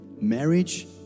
marriage